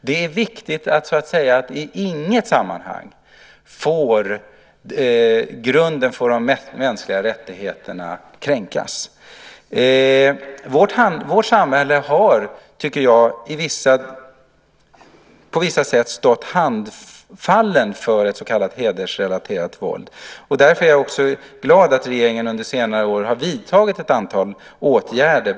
Det är viktigt att betona att grunden för de mänskliga rättigheterna inte i något sammanhang får kränkas. Jag tycker att vårt samhälle på vissa sätt stått handfallet inför så kallat hedersrelaterat våld. Därför är jag glad att regeringen under senare år vidtagit ett antal åtgärder.